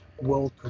World